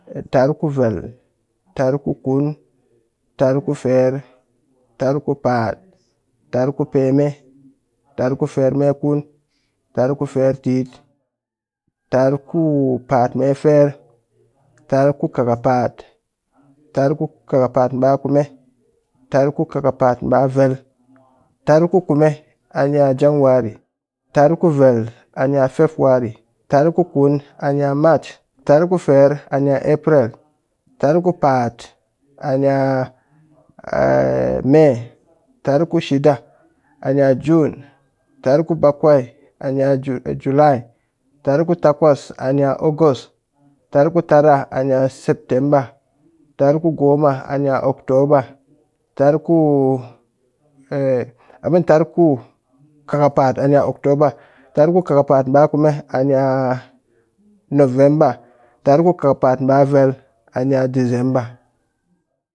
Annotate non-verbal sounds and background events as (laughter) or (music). Tar ku vel, tar ku kun, tar ku ferr, tar ku pa'at, (noise) tar ku peme, tar ku ferr me kun, tar ku ferr tit, tar ku pa'at me ferr, tar ku kakapa'at, tar ku kakapa'at ba kume, tar ku kakpa'at ba vel. tar ku kume ani'a januar y, (noise) tar ku vel ani'a febuary, tar ku kun ani'a march, tar ferr ani'a april, tar ku (hesitation) pa'at ani'a may. tar ku shida an'a june, tar ku bakwai ani'a july, tar ku takwas ani’ august, tar ku tara ani’ september, tar ku goma ani'a october, tar ku i mean tar kakapa'at ani'a october, tar ku kakapa'at ba kume ani'a november, tar ku kakapa'at ba vel ani'a december.